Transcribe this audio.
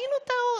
עשינו טעות.